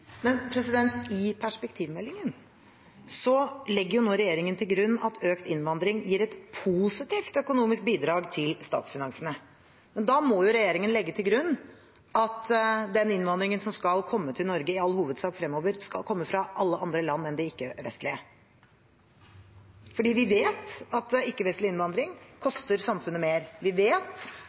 I perspektivmeldingen legger nå regjeringen til grunn at økt innvandring gir et positivt økonomisk bidrag til statsfinansene. Da må jo regjeringen legge til grunn at den innvandringen som skal komme til Norge, i all hovedsak fremover skal komme fra alle andre land enn de ikke-vestlige, for vi vet at ikke-vestlig innvandring koster samfunnet mer. Vi vet